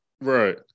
Right